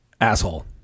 asshole